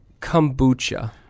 kombucha